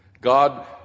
God